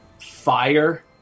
fire